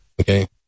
Okay